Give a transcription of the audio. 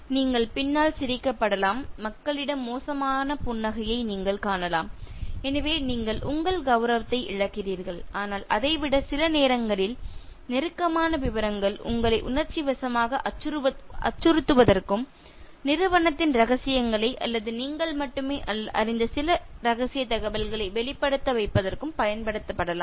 நீங்கள் பின்னால் சிரிக்கப் படலாம் மக்களிடம் மோசமான புன்னகையை நீங்கள் காணலாம் எனவே நீங்கள் உங்கள் கௌரவத்தை இழக்கிறீர்கள் ஆனால் அதை விட சில நேரங்களில் நெருக்கமான விவரங்கள் உங்களை உணர்ச்சிவசமாக அச்சுறுத்துவதற்கும் நிறுவனத்தின் ரகசியங்களை அல்லது நீங்கள் மட்டுமே அறிந்த சில ரகசிய தகவல்களை வெளிப்படுத்த வைப்பதற்கும் பயன்படுத்தப்படலாம்